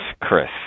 chris